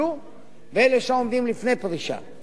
אנחנו יודעים שהם הופכים להיות חלק מהמערכת,